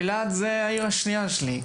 אילת זו העיר השנייה שלי.